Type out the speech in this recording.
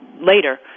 later